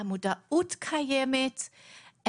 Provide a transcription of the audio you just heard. המודעות קיימת,